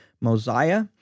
Mosiah